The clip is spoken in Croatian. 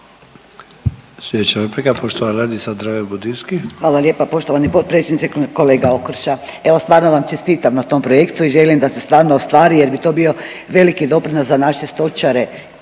Dreven Budinski. **Dreven Budinski, Nadica (HDZ)** Hvala lijepa poštovani potpredsjedniče. Kolega Okroša, evo stvarno vam čestitam na tom projektu i želim da se stvarno ostvari jer bi to bio veliki doprinos za naše stočare